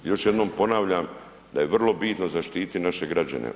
Još jednom ponavljam da je vrlo bitno zaštiti naše građane.